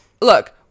look